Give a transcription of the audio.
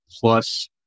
plus